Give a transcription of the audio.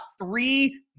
three